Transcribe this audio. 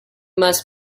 must